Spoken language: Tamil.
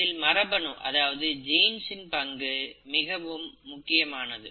இதில் மரபணுவின் பங்கு மிகவும் முக்கியமானது